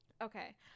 Okay